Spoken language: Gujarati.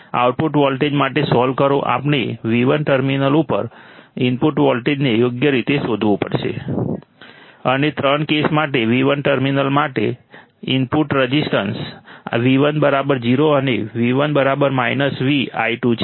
આઉટપુટ વોલ્ટેજ માટે સોલ્વ કરો આપણે V1 ટર્મિનલ ઉપર ઇનપુટ વોલ્ટેજને યોગ્ય રીતે શોધવું પડશે અને ત્રણ કેસ માટે V1 ટર્મિનલ સામે ઇનપુટ રઝિસ્ટન્સ V1 0 અને V1 V i2 છે